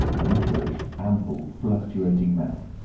a liquorish, ample, fluctuating mouth,